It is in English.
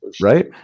right